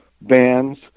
bands